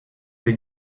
that